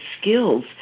skills